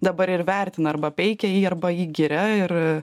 dabar ir vertina arba peikia jį arba jį giria ir